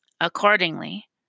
Accordingly